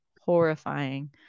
horrifying